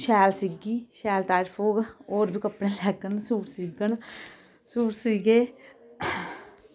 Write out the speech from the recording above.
शैल सीह्गी शैल तरीफ होग और बी कपड़े लैगन सूट सीङन सूट सीह्गे